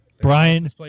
Brian